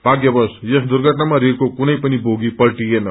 भग्यवश यस दुर्घटनामा रेलको कुनै पनि बोगी पल्टिएन